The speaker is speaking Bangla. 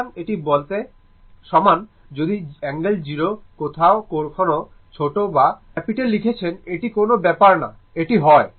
সুতরাং এটি বলতে সমান যদি অ্যাঙ্গেল 0 কখনও কখনও ছোট বা ক্যাপিটাল লিখছেন এটি কোন ব্যাপার না এটি হয়